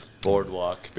Boardwalk